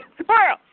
Squirrel